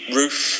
roof